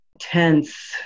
tense